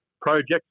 project